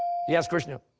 yes, krishna?